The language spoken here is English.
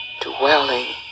dwelling